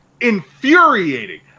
infuriating